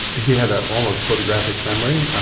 he had an almost photographic memory.